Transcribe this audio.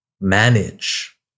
manage